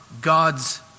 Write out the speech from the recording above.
God's